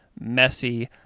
messy